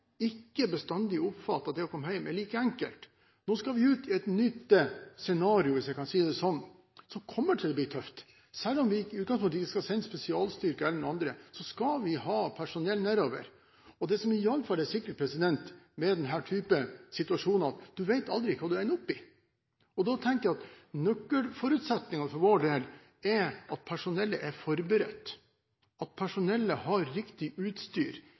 ikke bestandig oppfatter det å komme hjem som like enkelt. Nå skal vi ut i et nytt scenario – hvis man kan si det slik – som kommer til å bli tøft. Selv om vi i utgangspunktet ikke skal sende spesialstyrker eller noen andre, skal vi sende personell nedover. Det som i alle fall er sikkert med denne typen situasjoner, er at du aldri vet hva du ender opp i. Da tenker jeg at nøkkelforutsetningene for vår del er at personellet er forberedt, at de har riktig utstyr,